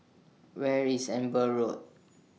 Where IS Amber Road